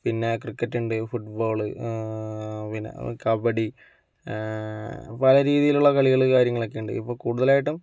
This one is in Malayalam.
പിന്നെ ക്രിക്കറ്റുണ്ട് ഫുട്ബോള് പിന്നെ കബഡി പല രീതീലുള്ള കളികള് കാര്യങ്ങളൊക്കെയുണ്ട് ഇപ്പോൾ കൂടുതലായിട്ടും